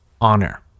honor